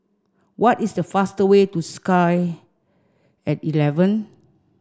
what is the fastest way to Sky at eleven